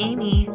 Amy